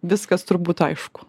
viskas turbūt aišku